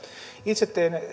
itse tein